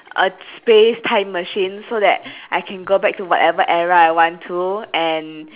a space time machine so that I can go back to whatever era I want to and